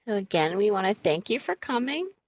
again, we wanna thank you for coming.